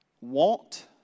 want